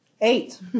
Eight